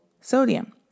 sodium